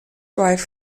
wife